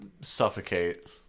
suffocate